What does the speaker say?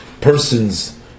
person's